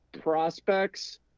prospects